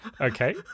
Okay